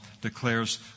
declares